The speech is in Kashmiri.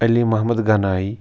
علی محمد غنایی